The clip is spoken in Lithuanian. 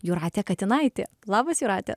jūratė katinaitė labas jūrate